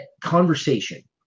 conversation